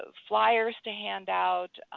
ah flyers to hand out.